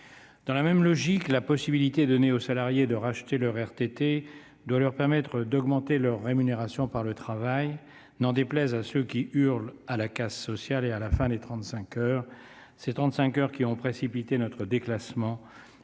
Dans la même logique, la possibilité donnée aux salariés de racheter leurs RTT doit permettre à ces derniers d'augmenter leur rémunération par leur travail, n'en déplaise à ceux qui hurlent à la « casse sociale » et à la fin des 35 heures, ces 35 heures qui ont précipité notre déclassement